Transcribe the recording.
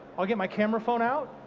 i'll get my camera phone out,